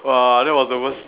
!wah! that was the worst